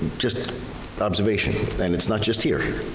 just observation. and it's not just here.